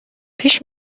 پیش